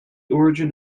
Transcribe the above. origin